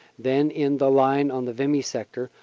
then in the line on the vimy sector,